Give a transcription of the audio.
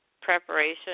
Preparation